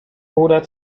oder